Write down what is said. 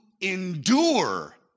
endure